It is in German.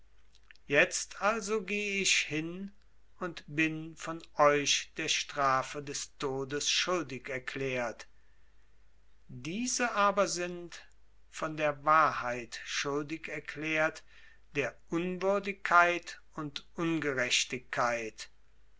jetzt also gehe ich hin und bin von euch der strafe des todes schuldig erklärt diese aber sind von der wahrheit schuldig erklärt der unwürdigkeit und ungerechtigkeit